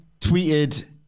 tweeted